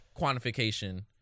quantification